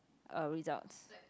uh results